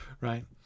Right